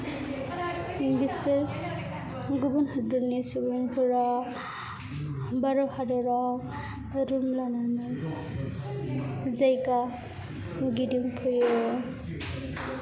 बिसोरो गुबुन हादरनि सुबुंफोरा भारत हादराव रुम लानानै जायगा गिदिंफैयो